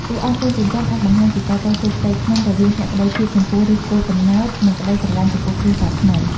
តួអង្គកូនចិញ្ចឹមអាចបង្ហាញពីការតស៊ូផ្ទៃក្នុងរវាងភក្ដីភាពចំពោះឫសគល់កំណើត និងក្ដីស្រឡាញ់ចំពោះគ្រួសារថ្មី។